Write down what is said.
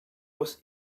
was